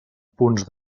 punts